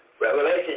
Revelation